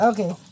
Okay